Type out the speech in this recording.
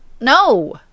No